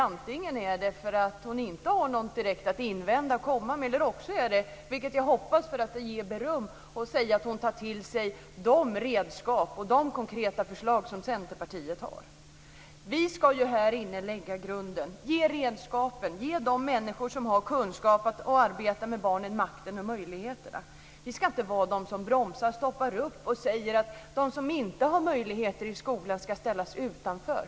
Antingen är det för att hon inte har något direkt att invända eller komma med eller också är det för att hon tar till sig de redskap och de konkreta förslag Centerpartiet har. Jag hoppas på det senare, eftersom det ger beröm. Vi ska lägga grunden och ge redskapen. Vi ska ge makten och möjligheterna åt de människor som har kunskap att arbeta med barnen. Vi ska inte vara de som bromsar och stoppar upp, som säger att de som inte har möjligheter i skolan ska ställas utanför.